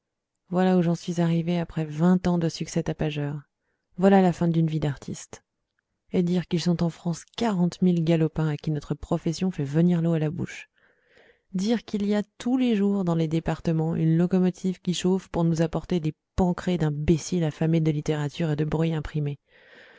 voilà où j'en suis arrivé après vingt ans de succès tapageurs voilà la fin d'une vie d'artiste et dire qu'ils sont en france quarante mille galopins à qui notre profession fait venir l'eau à la bouche dire qu'il y a tous les jours dans les départements une locomotive qui chauffe pour nous apporter des panerées d'imbéciles affamés de littérature et de bruit imprimé